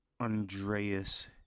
Andreas